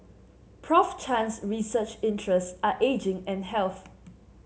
Prof Chan's research interests are ageing and health